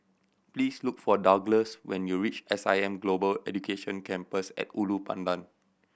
please look for Douglass when you reach S I M Global Education Campus At Ulu Pandan